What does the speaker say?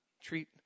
treat